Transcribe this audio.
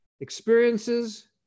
experiences